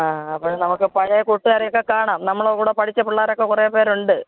ആ അപ്പോള് നമുക്ക് പഴയ കുട്ടുകാരെയൊക്കെ കാണാം നമ്മളെ കൂടെ പഠിച്ച പിള്ളേരൊക്കെ കുറേ പേരുണ്ട്